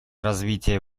развитие